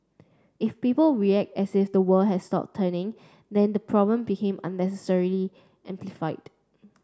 if people react as if the world has stopped turning then the problem become unnecessarily amplified